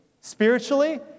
spiritually